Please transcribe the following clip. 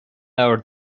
leabhar